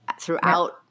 throughout